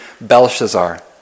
Belshazzar